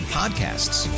podcasts